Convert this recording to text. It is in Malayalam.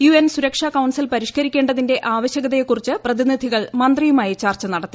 യു എൻ സുരക്ഷാ കൌൺസിൽ പരിഷ്കരിക്കേണ്ടതിന്റെ ആവശ്യകതയെ കുറിച്ച് പ്രതിനിധികൾ മന്ത്രിയുമായി ചർച്ച ന്റട്ടത്തി